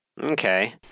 Okay